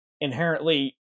inherently